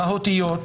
מהותיות,